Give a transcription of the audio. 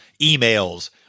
emails